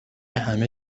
همه